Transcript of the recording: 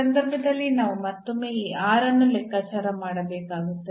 ಈ ಸಂದರ್ಭದಲ್ಲಿ ನಾವು ಮತ್ತೊಮ್ಮೆ ಈ ಅನ್ನು ಲೆಕ್ಕಾಚಾರ ಮಾಡಬೇಕಾಗುತ್ತದೆ